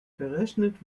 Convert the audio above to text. verrechnet